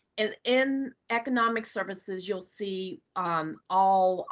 and in economic services, you'll see all